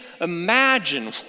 imagine